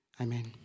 amen